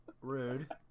Rude